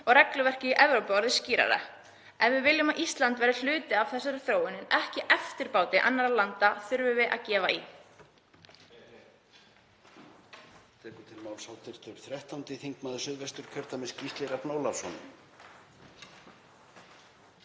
og regluverkið í Evrópu orðið skýrara. Ef við viljum að Ísland verði hluti af þessari þróun en ekki eftirbátur annarra landa þurfum við að gefa í.